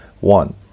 One